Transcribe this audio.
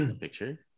picture